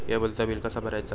केबलचा बिल कसा भरायचा?